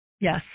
yes